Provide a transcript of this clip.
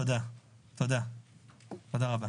תודה רבה.